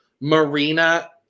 Marina